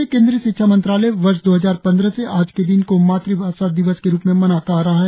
भारत में केन्द्रीय शिक्षा मंत्रालय वर्ष दो हजार पंद्रह से आज के दिन को मात्रभाषा दिवस के रूप में मनाता आ रहा है